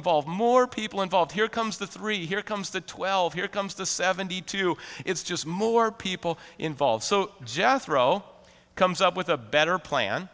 involved more people involved here comes the three here comes the twelve here comes the seventy two it's just more people involved so jethro comes up with a better plan